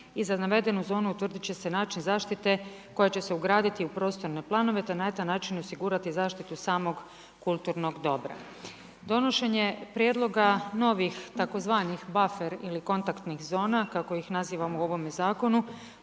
i za navedenu zonu utvrditi će se način zaštite koja će se ugraditi u prostorne planove te na taj način osigurati zaštitu samog kulturnog dobra. Donošenje prijedloga novih, tzv. buffer ili kontaktnih zona kako ih nazivamo u ovome zakonu